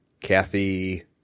Kathy